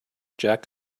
jack